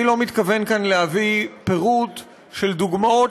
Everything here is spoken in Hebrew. אני לא מתכוון כאן להביא פירוט של דוגמאות